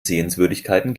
sehenswürdigkeiten